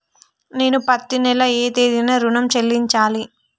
నేను పత్తి నెల ఏ తేదీనా ఋణం చెల్లించాలి?